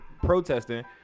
protesting